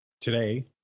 today